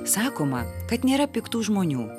sakoma kad nėra piktų žmonių